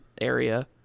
area